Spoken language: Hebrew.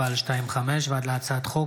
פ/5054/25 וכלה בהצעת חוק